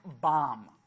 bomb